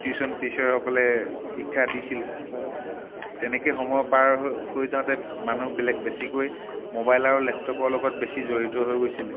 tuition টিছাৰসকলে শিক্ষা দিছিলে তেনেকৈ সময় পাৰ হৈ যাওঁতে মানুহবিলাক বেছিকৈ মোবাইল আৰু লেপটপৰ লগত বেছি জড়িত হৈ গৈছিলে